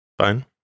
fine